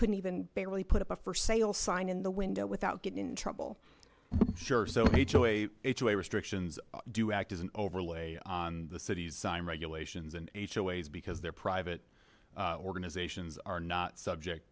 couldn't even barely put up a for sale sign in the window without getting in trouble sure so restrictions do act as an overlay on the city's regulations and h o a s because they're private organizations are not subject